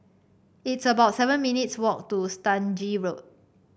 it's about seven minutes' walk to Stangee Road